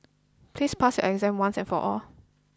please pass your exam once and for all